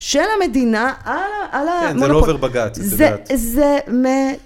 של המדינה, על ה... כן, זה לא עובר בגט, זה בגט. זה מ...